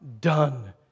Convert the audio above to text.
done